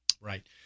Right